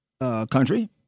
country